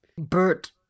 Bert